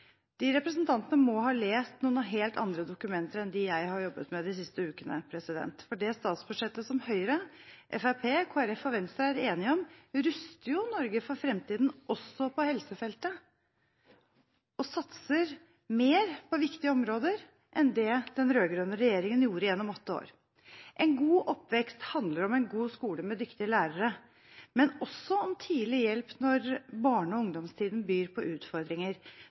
eldreomsorgsfeltet. Representantene må ha lest noen helt andre dokumenter enn jeg har jobbet med de siste ukene, for det statsbudsjettet som Høyre, Fremskrittspartiet, Kristelig Folkeparti og Venstre er enige om, ruster jo Norge for framtiden – også på helsefeltet – og satser mer på viktige områder enn det den rød-grønne regjeringen gjorde gjennom åtte år. En god oppvekst handler om en god skole med dyktige lærere, men også om tidlig hjelp når barne- og ungdomstiden byr på utfordringer.